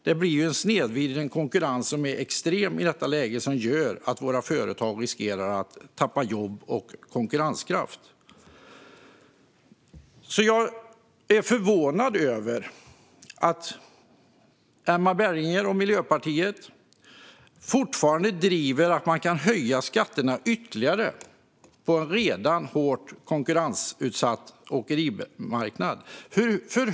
Det blir en snedvriden konkurrens som är extrem i detta läge och som gör att våra företag riskerar att förlora jobb och konkurrenskraft. Jag är förvånad över att Emma Berginger och Miljöpartiet fortfarande driver att man kan höja skatterna ytterligare på en redan hårt konkurrensutsatt åkerimarknad.